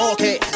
Okay